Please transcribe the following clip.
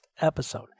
episode